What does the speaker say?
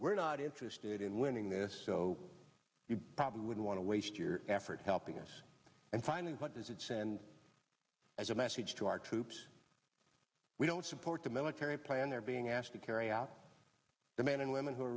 we're not interested in winning this so you probably wouldn't want to waste your effort helping us and finally what does it send as a message to our troops we don't support the military plan they're being asked to carry out the men and women who are